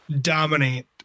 dominate